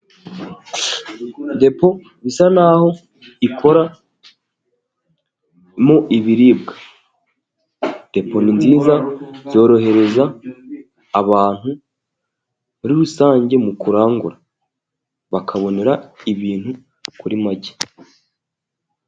Depo bisa naho ikoramo ibiribwa, depo ni nziza zorohereza abantu muri rusange mu kurangura, bakabonera ibintu kuri make.